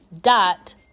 dot